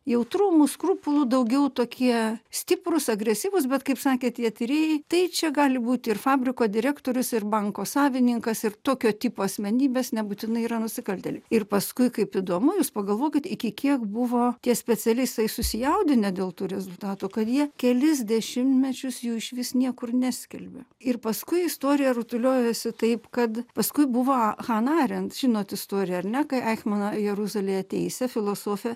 jautrumų skrupulų daugiau tokie stiprūs agresyvūs bet kaip sakė tie tyrėjai tai čia gali būti ir fabriko direktorius ir banko savininkas ir tokio tipo asmenybės nebūtinai yra nusikaltėliai ir paskui kaip įdomu jūs pagalvokit iki kiek buvo tie specialistai susijaudinę dėl tų rezultatų kad jie kelis dešimtmečius jų išvis niekur neskelbė ir paskui istorija rutuliojosi taip kad paskui buvo han arent žinot istoriją ar ne kai aichmaną jeruzalėje teisė filosofė